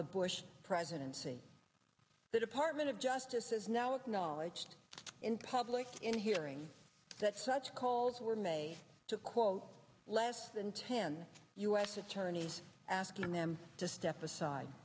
the bush presidency the department of justice has now acknowledged in public in hearing that such calls were made to quote less than ten u s attorneys asking them to step aside